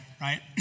right